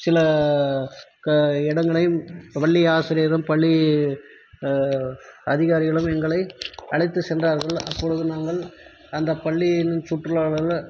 சில க இடங்களையும் பள்ளி ஆசிரியரும் பள்ளி அதிகாரிகளும் எங்களை அழைத்து சென்றார்கள் அப்பொழுது நாங்கள் அந்த பள்ளியின் சுற்றுலாவில்